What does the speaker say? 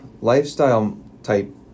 lifestyle-type